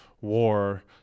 war